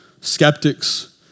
skeptics